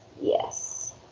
yes